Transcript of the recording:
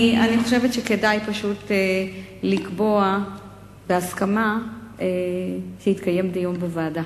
אני חושבת שכדאי פשוט לקבוע בהסכמה שיתקיים דיון בוועדה